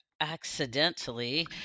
accidentally